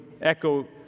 echo